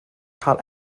cael